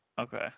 Okay